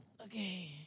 Okay